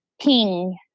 ping